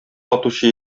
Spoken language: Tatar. атучы